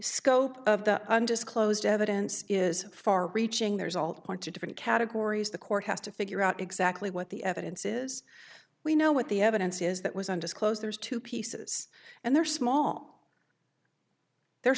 scope of the undisclosed evidence is far reaching there's all to point to different categories the court has to figure out exactly what the evidence is we know what the evidence is that was undisclosed there's two pieces and they're small they're